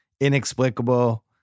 inexplicable